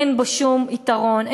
אין בו שום יתרון,